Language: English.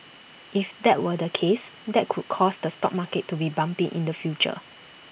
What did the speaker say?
if that were the case that could cause the stock market to be bumpy in the future